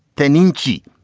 then in g.